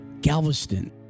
Galveston